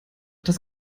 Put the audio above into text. das